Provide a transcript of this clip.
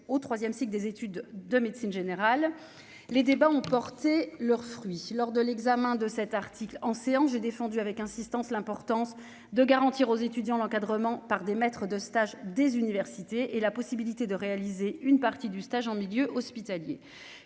au 3ème cycle des études de médecine générale, les débats ont porté leurs fruits, lors de l'examen de cet article en séance, j'ai défendu avec insistance l'importance de garantir aux étudiants l'encadrement par des maîtres de stage des universités et la possibilité de réaliser une partie du stage en milieu hospitalier,